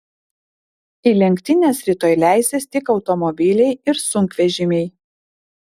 į lenktynes rytoj leisis tik automobiliai ir sunkvežimiai